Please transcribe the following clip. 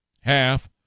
half